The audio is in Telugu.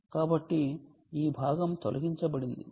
కాబట్టి ఈ భాగం తొలగించబడింది